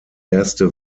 erste